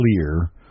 clear